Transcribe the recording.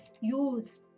use